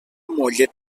mollet